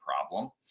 problem